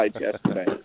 yesterday